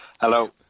Hello